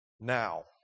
now